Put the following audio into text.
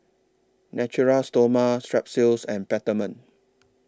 Natura Stoma Strepsils and Peptamen